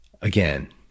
again